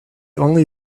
only